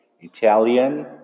Italian